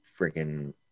freaking